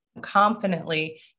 confidently